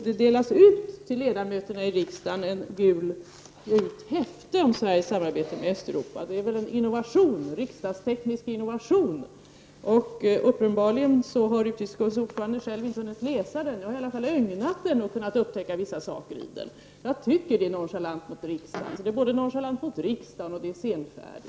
Det delas då ut till ledamöterna i riksdagen ett gult häfte om Sveriges samarbete med Östeuropa — det är väl en riksdagsteknisk innovation! Uppenbarligen har utrikesutskottets ordförande själv inte hunnit läsa det. Jag har i varje fall ögnat igenom det och kunnat upptäcka vissa saker i det. Jag tycker det är både nonchalant mot riksdagen och senfärdigt!